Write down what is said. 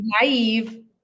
naive